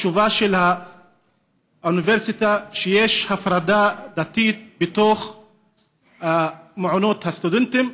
התשובה של האוניברסיטה היא שיש הפרדה דתית במעונות הסטודנטים,